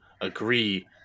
agree